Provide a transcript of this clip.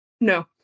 No